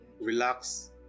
relax